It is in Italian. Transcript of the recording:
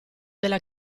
della